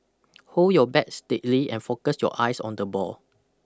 hold your bat steadly and focus your eyes on the ball